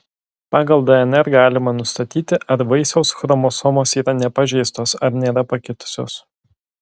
pagal dnr galima nustatyti ar vaisiaus chromosomos yra nepažeistos ar nėra pakitusios